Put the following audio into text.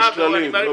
מה כללים?